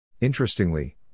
Interestingly